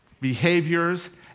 behaviors